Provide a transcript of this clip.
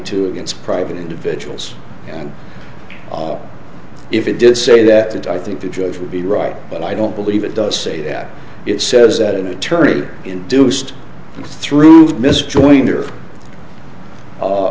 two against private individuals and if it did say that it i think the judge would be right but i don't believe it does say that it says that an attorney induced through